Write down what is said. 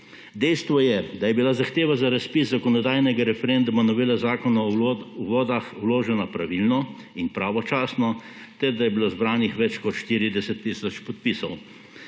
Dejstvo je, da je bila zahteva za razpis zakonodajnega referenduma novele Zakona o vodah vložena pravilno in pravočasno ter da je bilo zbranih več kot 40 tisoč podpisov.